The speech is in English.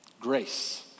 grace